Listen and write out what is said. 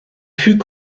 fut